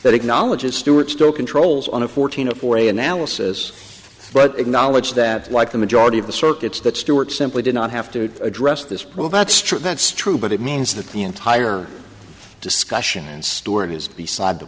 that acknowledges stewart still controls on a fourteen a for a analysis but acknowledge that like the majority of the circuits that stuart simply did not have to address this prove that's true that's true but it means that the entire discussion and storage is beside the